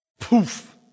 Poof